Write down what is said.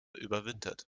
überwintert